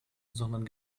sondern